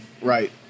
Right